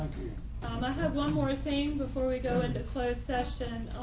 um i have one more thing before we go into closed session.